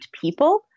people